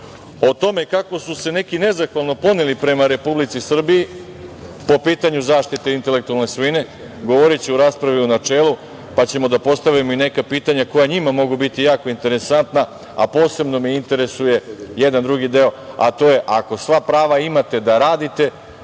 tome kako su se neki nezahvalno poneli prema Republici Srbiji po pitanju zaštite intelektualne svojine, govoriću u raspravi u načelu, pa ćemo da postavimo i neka pitanja koja njima mogu biti jako interesantna. Posebno me interesuje jedan drugi deo, a to je, ako sva prava imate da radite,